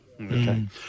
Okay